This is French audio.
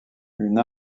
une